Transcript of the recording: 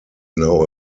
now